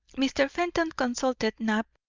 mr. fenton consulted knapp,